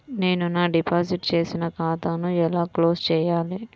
నేను నా డిపాజిట్ చేసిన ఖాతాను ఎలా క్లోజ్ చేయాలి?